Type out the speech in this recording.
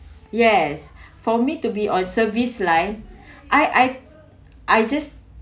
yes for me to be on service line I I I just